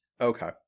Okay